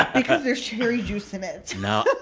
but because there's cherry juice in it no,